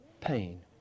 pain